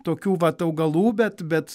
tokių vat augalų bet bet